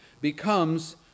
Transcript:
becomes